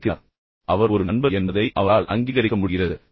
எனவே அவர் ஒரு நண்பர் என்பதை அவரால் அங்கீகரிக்க முடிகிறது